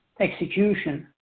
execution